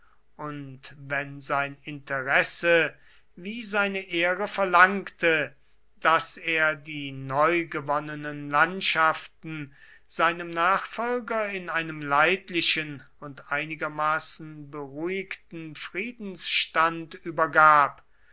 und wenn sein interesse wie seine ehre verlangte daß er die neu gewonnenen landschaften seinem nachfolger in einem leidlichen und einigermaßen beruhigten friedensstand übergab